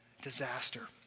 disaster